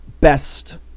best